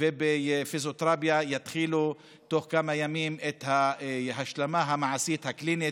ובפיזיותרפיה יתחילו תוך כמה ימים את ההשלמה המעשית הקלינית.